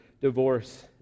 divorce